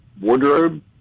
wardrobe